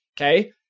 Okay